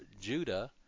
Judah